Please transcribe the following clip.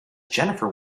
jennifer